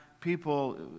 people